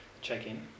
check-in